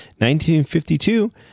1952